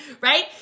right